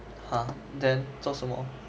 !huh! then 做什么